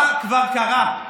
מה כבר קרה?